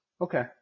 Okay